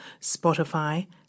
Spotify